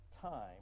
time